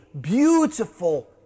beautiful